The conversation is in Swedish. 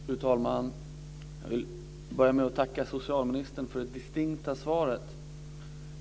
Fru talman! Jag vill börja med att tacka socialministern för det distinkta svaret.